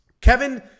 Kevin